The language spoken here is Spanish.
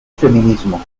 feminismo